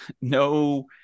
no